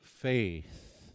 faith